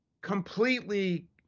completely